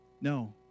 No